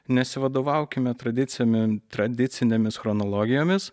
nesivadovaukime tradiciniu tradicinėmis chronologijomis